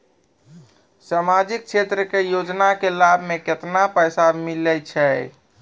समाजिक क्षेत्र के योजना के लाभ मे केतना पैसा मिलै छै?